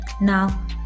now